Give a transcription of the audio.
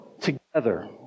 together